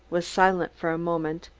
was silent for a moment.